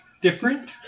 different